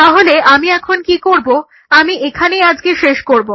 তাহলে আমি এখন কি করবো আমি এখানেই আজকে শেষ করবো